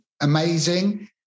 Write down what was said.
amazing